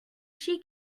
she